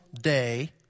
day